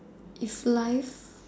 if life